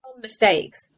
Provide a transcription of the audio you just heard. mistakes